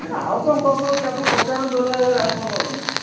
ଦେଖ ଆଉ କ'ଣ କମ୍ ହେବ କି ଆପଣ ପଚାରନ୍ତୁ ଅଲଗା ଜାଗାରେ ଆଉ କମ୍ ହେବ ନାହିଁ